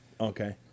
Okay